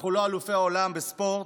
ואנחנו לא אלופי העולם בספורט,